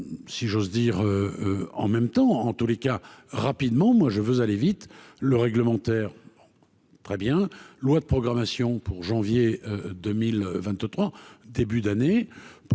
si j'ose dire, en même temps, en tous les cas, rapidement, moi je veux aller vite le réglementaire, très bien, loi de programmation pour janvier 2023 début d'année